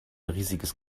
riesiges